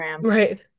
right